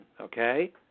okay